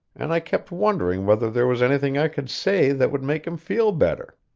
and i kept wondering whether there was anything i could say that would make him feel better.